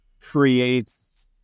creates